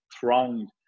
thronged